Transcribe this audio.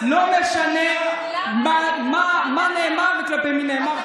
לא משנה מה נאמר וכלפי מי נאמר.